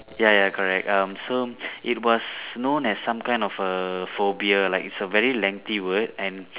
ya ya correct um so it was known as some kind of a phobia like it's a very lengthy word and